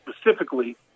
specifically